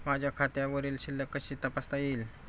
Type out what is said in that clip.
माझ्या खात्यावरील शिल्लक कशी तपासता येईल?